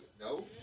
No